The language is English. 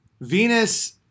Venus